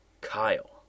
Kyle